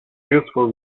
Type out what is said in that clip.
useful